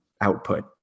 output